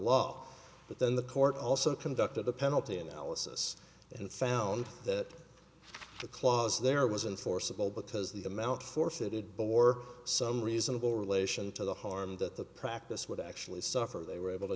law but then the court also conducted the penalty analysis and found that the clause there was and forcible because the amount forfeited bore some reasonable relation to the harm that the practice would actually suffer they were able to